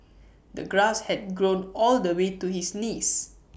the grass had grown all the way to his knees